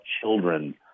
children